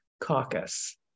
Caucus